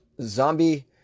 Zombie